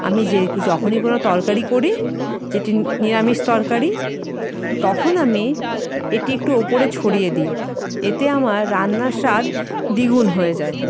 আমি যে যখনই কোনো তরকারি করি যেটি নিরামিষ তরকারি তখন আমি এটি একটু ওপরে ছড়িয়ে দিই এতে আমার রান্নার স্বাদ দ্বিগুণ হয়ে যায়